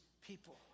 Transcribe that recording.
people